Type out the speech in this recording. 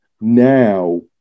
now